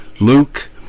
Luke